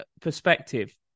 perspective